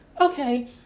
okay